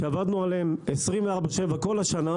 שעבדנו עליהם 24/7 כל השנה,